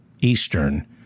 Eastern